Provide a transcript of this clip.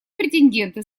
претенденты